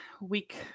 week